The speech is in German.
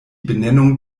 benennung